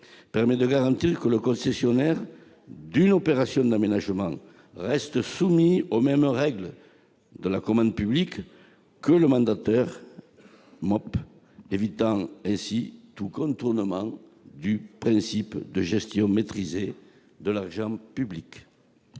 permet de garantir que le concessionnaire d'une opération d'aménagement reste soumis aux mêmes règles de la commande publique que le mandataire MOP, évitant ainsi tout contournement du principe de gestion maîtrisée de l'argent public.